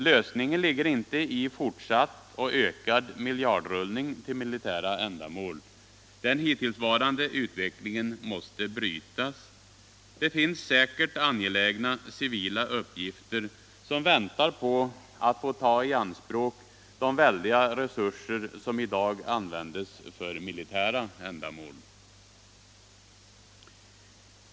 Lösningen ligger inte i fortsatt och ökad miljardrullning till militära ändamål. Den hittillsvarande utvecklingen måste brytas. Det finns säkert angelägna civila uppgifter som väntar på att få ta i anspråk de väldiga resurser som i dag användes för militära ändamål.